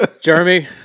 Jeremy